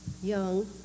young